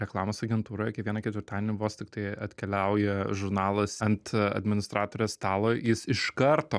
reklamos agentūroje kiekvieną ketvirtadienį vos tiktai atkeliauja žurnalas ant administratorės stalo jis iš karto